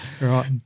Right